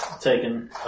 Taken